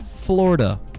Florida